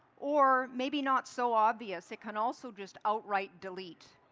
or maybe not so obvious, it can also just out right delete.